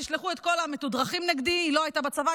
תשלחו את כל המתודרכים נגדי: היא לא הייתה בצבא,